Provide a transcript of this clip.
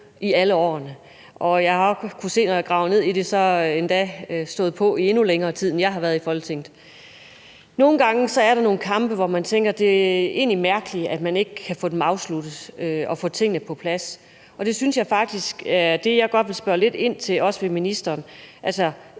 i alle årene. Og jeg har også kunnet se, når jeg har gravet ned i det, at den endda har stået på i endnu længere tid, end jeg har været i Folketinget. Nogle gange er der nogle kampe, hvor man tænker, at det egentlig er mærkeligt, at man ikke kan få dem afsluttet og få tingene på plads. Og det synes jeg faktisk er noget af det, jeg godt vil spørge lidt ind til, også her med ministeren. Jeg